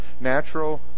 natural